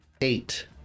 Eight